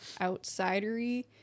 outsidery